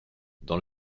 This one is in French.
dans